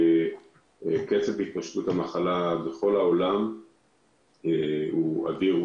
קצב התפשטות המחלה בכל העולם הוא אדיר,